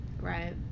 Right